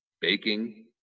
Baking